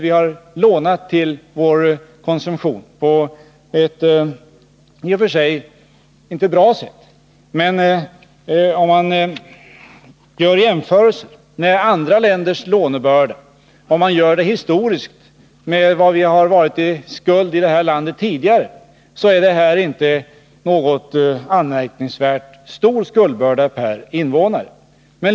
Vi har lånat till vår konsumtion på ett sätt som inte är bra, men om vi gör jämförelser med andra länders skuldbörda och om vi ser det historiskt — ser till vad vi tidigare varit i skuld med i det här landet — framstår vår skuldbörda per invånare inte som anmärkningsvärt stor.